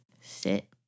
sit